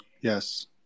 Yes